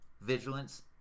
vigilance